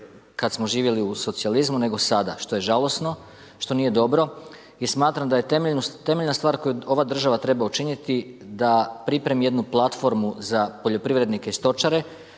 kad smo živjeli u socijalizmu nego sada što je žalosno, što nije dobro i smatram da je temeljna stvar koju ova država treba učiniti da pripremi jednu platformu za poljoprivrednike i stočare